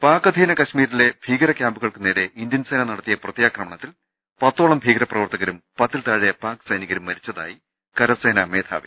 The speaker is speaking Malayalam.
പാക് അധീന കശ്മീരിലെ ഭീകര കൃാമ്പുകൾക്കുനേരെ ഇന്ത്യൻസേന നടത്തിയ പ്രത്യാക്രമണത്തിൽ പത്തോളം ഭീകര പ്രവർത്തകരും പത്തിൽതാഴെ പാക് സൈനികരും മരിച്ചതായി കരസേനമേധാവി